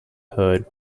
heard